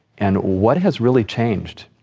and what has really changed?